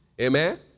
Amen